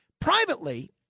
Privately